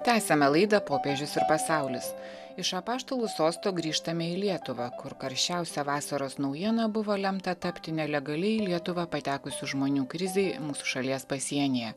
tęsiame laidą popiežius ir pasaulis iš apaštalų sosto grįžtame į lietuvą kur karščiausia vasaros naujiena buvo lemta tapti nelegaliai į lietuvą patekusių žmonių krizei mūsų šalies pasienyje